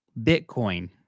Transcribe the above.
Bitcoin